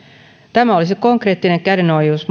tämä olisi konkreettinen kädenojennus